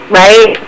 right